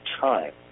time